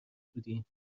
بودیم